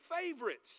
favorites